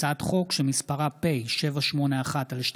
הצעת חוק שמספרה פ/781/24,